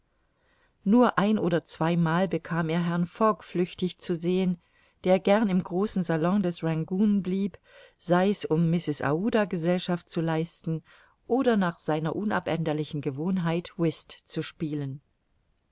nur ein oder zweimal bekam er herrn fogg flüchtig zu sehen der gern im großen salon des rangoon blieb sei's um mrs aouda gesellschaft zu leisten oder nach seiner unabänderlichen gewohnheit whist zu spielen